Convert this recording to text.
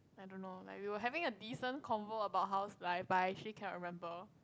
I don't know like we were having a decent convo about how's life but I actually cannot remember